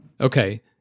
Okay